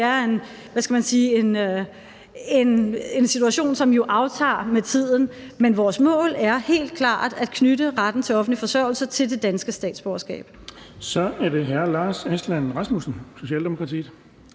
Det er jo en situation, som aftager med tiden. Men vores mål er helt klart at knytte retten til offentlig forsørgelse til det danske statsborgerskab. Kl. 17:31 Den fg. formand (Erling